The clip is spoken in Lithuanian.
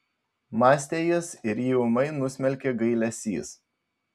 mąstė jis ir jį ūmai nusmelkė gailesys